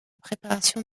préparation